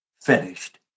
finished